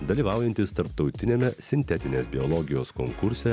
dalyvaujantys tarptautiniame sintetinės biologijos konkurse